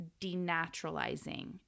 denaturalizing